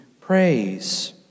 praise